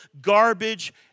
garbage